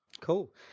Cool